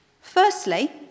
Firstly